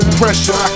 pressure